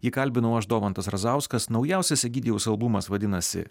jį kalbinau aš domantas razauskas naujausias egidijaus albumas vadinasi